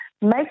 make